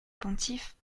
pontife